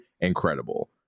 incredible